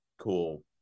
cool